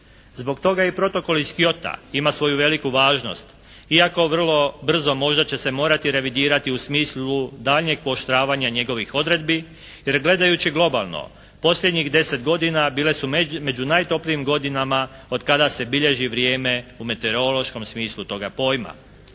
Zbog toga i Protokol iz Kyota ima svoju veliku važnost. Iako vrlo brzo možda će se morati revidirati u smislu daljnjeg pooštravanja njegovih odredbi jer gledajući globalno posljednjih 10 godina bile su među najtoplijim godinama od kada se bilježi vrijeme u meteorološkom smislu toga pojma.